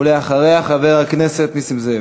ואחריה, חבר הכנסת נסים זאב.